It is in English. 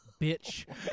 bitch